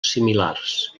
similars